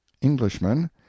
Englishman